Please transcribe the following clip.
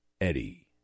Eddie